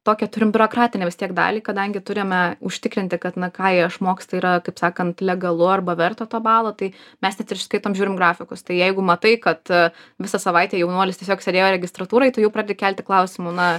tokią turim biurokratinę vis tiek dalį kadangi turim užtikrinti kad na ką jie išmoksta yra kaip sakant legalu arba verta to balo tai mes net ir skaitom žiūrim grafikus tai jeigu matai kad visą savaitę jaunuolis tiesiog sėdėjo registratūroj tu jau pradedi kelti klausimų na